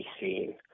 seen